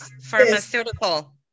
Pharmaceutical